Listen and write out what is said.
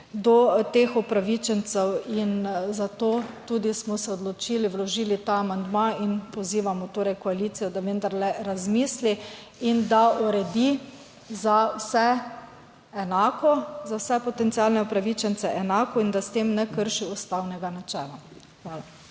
do teh upravičencev in zato tudi smo se odločili, vložili ta amandma in pozivamo torej koalicijo, da vendarle razmisli in da uredi za vse enako, za vse potencialne upravičence enako in da s tem ne krši ustavnega načela. Hvala.